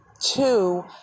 Two